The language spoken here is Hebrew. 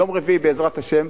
ביום רביעי, בעזרת השם,